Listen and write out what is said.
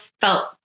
felt